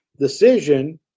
decision